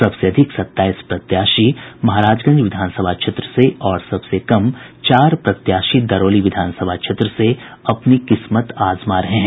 सबसे अधिक सत्ताईस प्रत्याशी महाराजगंज विधानसभा क्षेत्र से और सबसे कम चार प्रत्याशी दरौली विधानसभा क्षेत्र से अपनी किस्मत आजमा रहे हैं